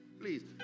please